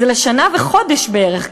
זה לשנה וחודש בערך,